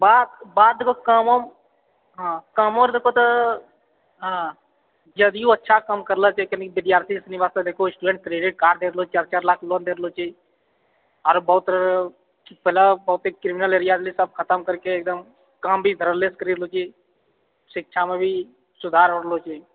बा बाद गऽ काम ओम कामो अर कऽ तऽ हऽ जदयू अच्छा काम करलऽ जे कनि विद्यार्थी निवास स्थान स्टुडेन्ट क्रेडिट कार्ड देखलौ चारि चारि लाख लोन देखलहुँ जे आरो बहुत पहिले बहुते क्रिमिनल एरिया छलै सभ खतम करिके एकदम काम भी धरल्लेसे करेलहुँ जे शिक्षामे भी सुधार होरलौ जे